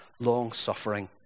long-suffering